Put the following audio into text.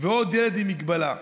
ועוד ילד עם מגבלה?